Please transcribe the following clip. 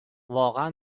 واقعا